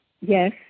Yes